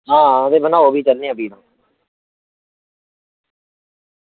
आं बनाओ तां भी चलने आं